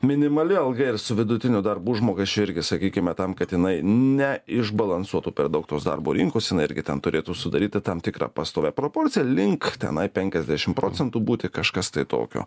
minimali alga ir su vidutiniu darbo užmokesčiu irgi sakykime tam kad jinai neišbalansuotų per daug tos darbo rinkos jinai irgi ten turėtų sudaryti tam tikrą pastovią proporciją link tenai penkiasdešim procentų būti kažkas tai tokio